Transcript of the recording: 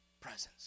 presence